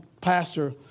pastor